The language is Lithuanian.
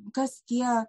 kas tie